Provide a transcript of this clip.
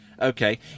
Okay